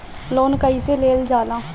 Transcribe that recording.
Loan कईसे लेल जाला?